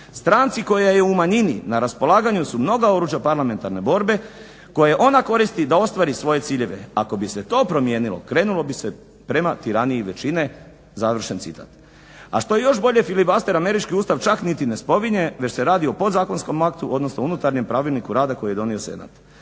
Stranci koja je u manjini na raspolaganju su mnoga oruđa parlamentarne borbe koja ona koristi da ostvari svoje ciljeve. Ako bi se to promijenilo krenulo bi se prema tiraniji većine." A što je još bolje, filibuster američki ustav čak niti ne spominje već se radi o podzakonskom aktu, odnosno unutarnjem pravilniku rada koji je donio Senat.